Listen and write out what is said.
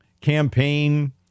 campaign